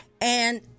and-